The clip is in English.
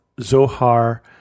Zohar